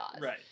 Right